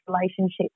relationships